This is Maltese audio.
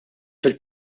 fil